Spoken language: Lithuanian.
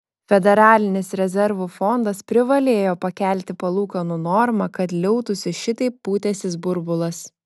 federalinis rezervų fondas privalėjo pakelti palūkanų normą kad liautųsi šitaip pūtęsis burbulas